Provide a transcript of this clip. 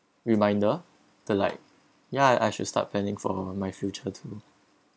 reminder the like ya I should start planning for my future too